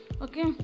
Okay